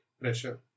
pressure